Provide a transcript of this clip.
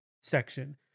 section